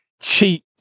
cheap